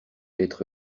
être